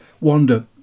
wander